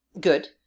good